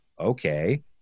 Okay